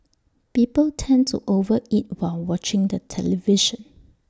people tend to over eat while watching the television